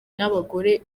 abagore